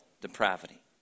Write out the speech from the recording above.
depravity